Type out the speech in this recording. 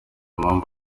mpamvu